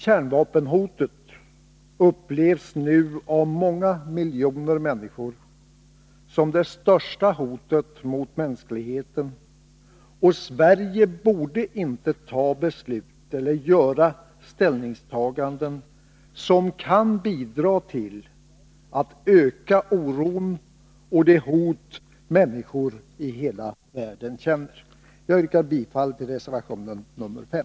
Kärnvapenhotet upplevs nu av många miljoner människor som det största hotet mot mänskligheten, och Sverige borde inte fatta beslut eller göra ställningstaganden som kan bidra till att öka oron och det hot människor i hela världen känner. Jag yrkar bifall till reservation nr 5.